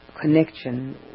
connection